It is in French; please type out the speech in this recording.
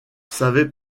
savait